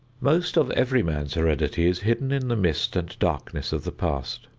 most of every man's heredity is hidden in the mist and darkness of the past.